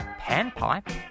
panpipe